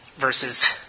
versus